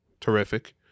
Terrific